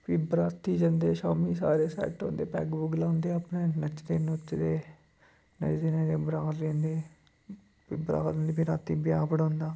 फ्ही बराती जंदे शामी सारे सैट्ट होंदे पैग पुग लाए दे होंदे अपने नच्चदे नुच्चदे नच्चदे नच्चदे बरात लेंदे फ्ही बरात फ्ही रातीं ब्याह् पढ़ोंदा